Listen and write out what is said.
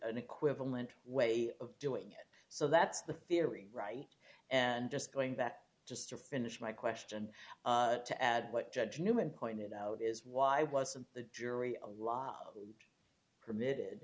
an equivalent way of doing it so that's the theory right and just going back just to finish my question to add what judge newman pointed out is ready why wasn't the jury permitted